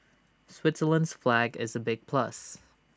Switzerland's flag is A big plus